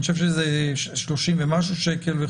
אני חושב שזה 30 ומשהו שקל.